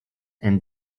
and